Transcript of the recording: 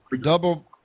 double